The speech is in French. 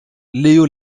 léo